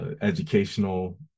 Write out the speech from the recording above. educational